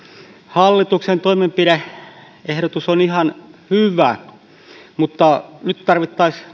hallituksen toimenpide ehdotus on ihan hyvä mutta nyt tarvittaisiin